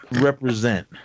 represent